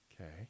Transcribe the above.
Okay